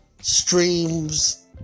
streams